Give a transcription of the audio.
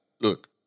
look